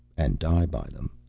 and die by them.